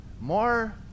more